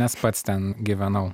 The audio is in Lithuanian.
nes pats ten gyvenau